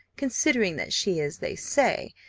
considering that she is, they say,